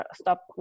stop